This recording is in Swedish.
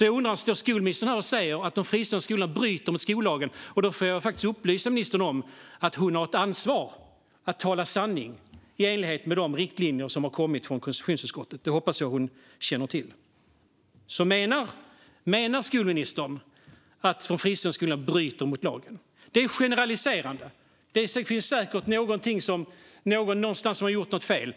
Jag undrar därför: Står skolministern här och säger att de fristående skolorna bryter mot skollagen? Då får jag faktiskt upplysa ministern om att hon har ett ansvar för att tala sanning i enlighet med de riktlinjer som har kommit från konstitutionsutskottet; det hoppas jag att hon känner till. Menar skolministern att de fristående skolorna bryter mot lagen? Det är generaliserande. Det finns säkert någonting där någon någonstans har gjort något fel.